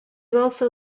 also